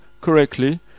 correctly